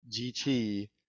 gt